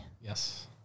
Yes